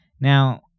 Now